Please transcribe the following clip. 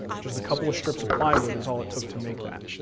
just a couple of strips of plywood is all it took to make that.